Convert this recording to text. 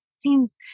seems